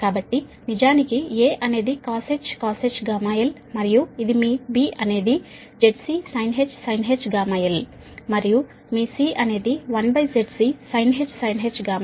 కాబట్టి నిజానికి A అనేదిcosh γl మరియు ఇది మీ B అనేది ZCsinh γl సరేనా మరియు మీ C అనేది 1ZC sinh γl మరియు A D